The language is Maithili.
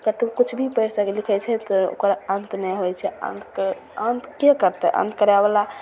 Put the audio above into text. कतबहु किछु भी पढ़ि लिखि सकै छथि ओकर अन्त नहि होइ छै अन्तके अन्त के करतै अन्त करैवला